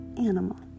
animal